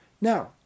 Now